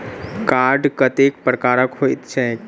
Card कतेक प्रकारक होइत छैक?